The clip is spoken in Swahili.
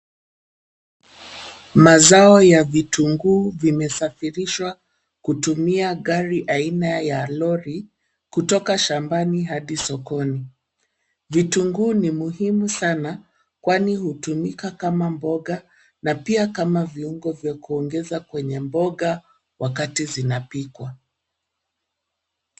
Mazao ya vitunguu vimesafirishwa kutumia gari aina ya lori kutoka shambani hadi sokoni. Vitunguu ni muhimu sana kwani hutumika kama mboga na pia kama viungo vya kuongeza kwenye mboga wakati zinapikwa.